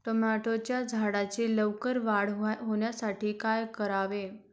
टोमॅटोच्या झाडांची लवकर वाढ होण्यासाठी काय करावे?